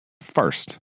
first